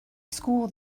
school